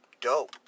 dope